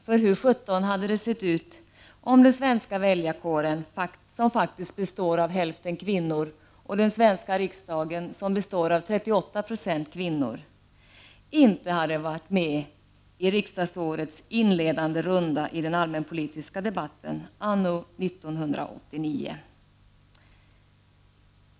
För hur sjutton hade det sett ut om den svenska väljarkåren, som faktiskt består av hälften kvinnor, och den svenska riksdagen, som består av 38 20 kvinnor, inte hade varit med i riksdagsårets inledande runda i den allmänpolitiska debatten år 1989?